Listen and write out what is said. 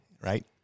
right